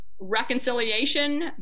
reconciliation